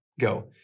go